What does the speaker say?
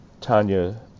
Tanya